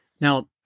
Now